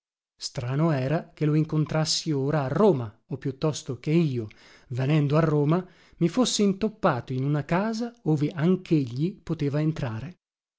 strano era che lo incontrassi ora a roma o piuttosto che io venendo a roma mi fossi intoppato in una casa ove anchegli poteva entrare